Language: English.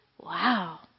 Wow